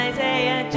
Isaiah